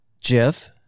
Jeff